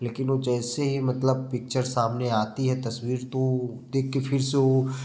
लेकिन वो जैसे ही मतलब पिक्चर सामने आती है तस्वीर तो देख के फिर से वो